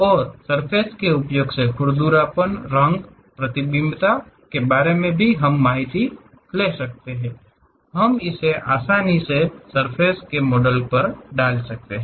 और खुरदरापन रंग प्रतिबिंबितता के बारे में कुछ भी हम इसे आसानी से सर्फ़ेस के मॉडल पर डाल सकते हैं